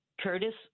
curtis